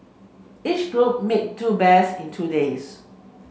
each group made two bears in two days